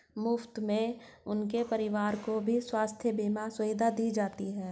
मुफ्त में उनके परिवार को भी स्वास्थ्य बीमा सुविधा दी जाती है